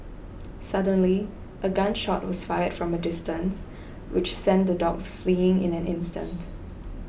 suddenly a gun shot was fired from a distance which sent the dogs fleeing in an instant